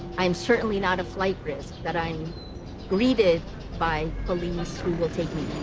i'm certainly not a flight risk, but i'm greeted by police who will take me.